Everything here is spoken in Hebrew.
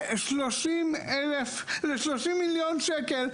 ל-30 מיליון שקלים,